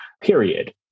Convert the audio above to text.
period